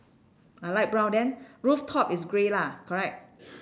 ah light brown then rooftop is grey lah correct